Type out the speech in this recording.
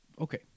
okay